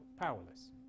Powerless